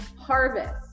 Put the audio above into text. harvest